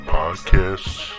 podcasts